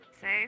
Safe